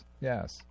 yes